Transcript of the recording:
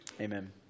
amen